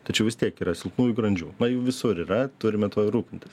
tačiau vis tiek yra silpnųjų grandžių na jų visur yra turime tuo rūpintis